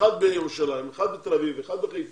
אחד בירושלים, אחד בתל אביב, אחד בחיפה,